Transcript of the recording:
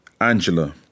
Angela